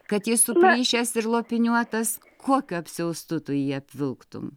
kad jį suplįšęs ir lopiniuotas kokiu apsiaustu tu jį apvilktum